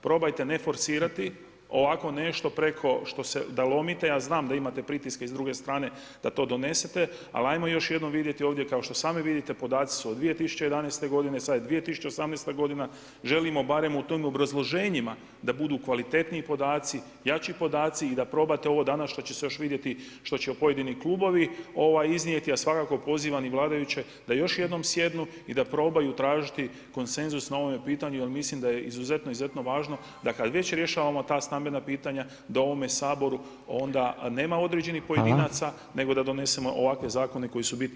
Probajte ne forsirati ovako nešto preko da lomite, a znam da imate pritiske i s druge strane da to donesete, ali ajmo još jednom vidjeti ovdje kao što sami vidite, podaci su od 2011. godine, sad je 2018. godina, želimo barem u tim obrazloženjima da budu kvalitetniji podaci, jači podaci i da probate ovo danas što će se još vidjeti, što će pojedini klubovi iznijeti a svakako pozivam i vladajuće da još jednom sjednu i da probaju tražiti konsenzus na ovom pitanju jer mislim da je izuzetno važno da kad već rješavamo ta stambena pitanja, da u ovom Saboru onda nema određenih pojedinaca nego da donesemo ovakve zakoni su bitni i jedinstveni.